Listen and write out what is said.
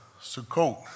Sukkot